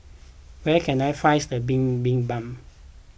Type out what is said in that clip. where can I finds the Bibimbap